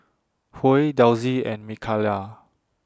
Huey Delsie and Mikayla